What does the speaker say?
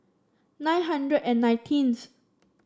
nine hundred and nineteenth